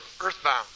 earthbound